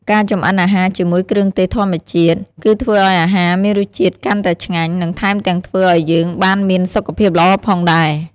ការចម្អិនអាហារជាមួយគ្រឿងទេសធម្មជាតិគឺធ្វើឲ្យអាហារមានរសជាតិកាន់តែឆ្ងាញ់ និងថែមទាំងធ្វើឲ្យយើងបានមានសុខភាពល្អផងដែរ។